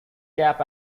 cap